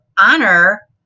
honor